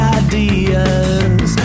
ideas